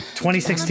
2016